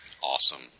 Awesome